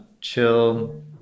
chill